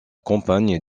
compagne